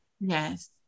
Yes